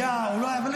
היה או לא היה.